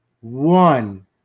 One